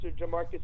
Jamarcus